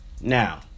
Now